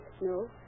No